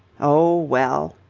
oh, well!